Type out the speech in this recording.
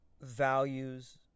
values